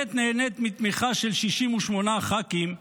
שכעת נהנית מתמיכה של 68 ח"כים,